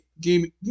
gaming